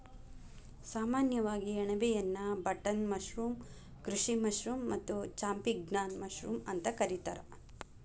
ಸಾಮಾನ್ಯವಾಗಿ ಅಣಬೆಯನ್ನಾ button mushroom, ಕೃಷಿ ಮಶ್ರೂಮ್ ಮತ್ತ ಚಾಂಪಿಗ್ನಾನ್ ಮಶ್ರೂಮ್ ಅಂತ ಕರಿತಾರ